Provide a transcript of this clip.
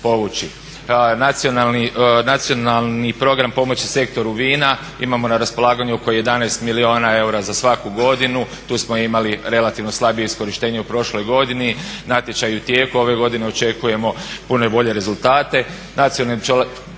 Nacionalni program pomoći sektoru vina, imamo na raspolaganju oko 11 milijuna eura za svaku godinu. Tu smo imali relativno slabije iskorištenje u prošloj godini. Natječaj je u tijeku. Ove godine očekujemo puno bolje rezultate.